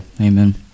amen